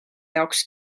jaoks